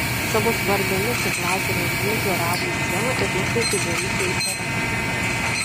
savo skvarbiomis it lazeriai akimis žioravo į sieną ir nekreipė dėmesio į ceremoniją